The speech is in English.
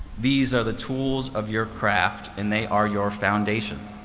these are the tools of your craft, and they are your foundation.